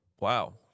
wow